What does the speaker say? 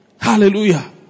Hallelujah